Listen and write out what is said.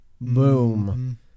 Boom